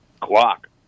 clock